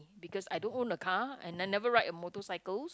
because I don't own a car and I never ride a motorcycles